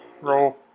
roll